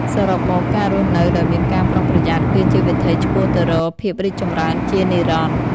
សរុបមក ការរស់នៅដោយមានការប្រុងប្រយ័ត្ន គឺជាវិថីឆ្ពោះទៅរកភាពរីកចម្រើនជានិរន្តរ៍។